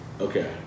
Okay